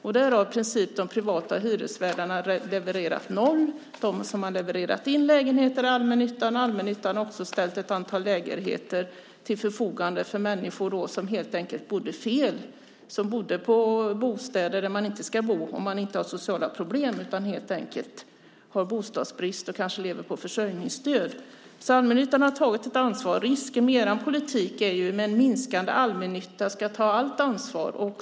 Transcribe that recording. Där har i princip de privata hyresvärdarna levererat noll. Det är allmännyttan som har levererat in lägenheter. Allmännyttan har också ställt ett antal lägenheter till förfogande för människor som helt enkelt bodde fel. De bodde i bostäder där man inte ska bo om man inte har sociala problem. De var helt enkelt drabbade av bostadsbrist och levde kanske på försörjningsstöd. Allmännyttan har tagit ett ansvar. Risken med er politik är att en minskande allmännytta ska ta allt ansvar.